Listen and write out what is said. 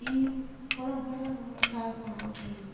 यी परम्परा र चाँड पर्वले